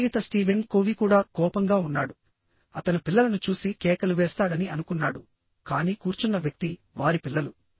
రచయిత Steven Covey కూడా కోపంగా ఉన్నాడు అతను పిల్లలను చూసి కేకలు వేస్తాడని అనుకున్నాడు కానీ కూర్చున్న వ్యక్తి వారి పిల్లలు